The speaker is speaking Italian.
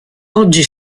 oggi